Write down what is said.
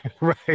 Right